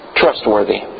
trustworthy